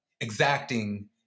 exacting